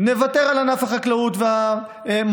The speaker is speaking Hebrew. נוותר על ענף החקלאות והמזון,